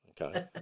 Okay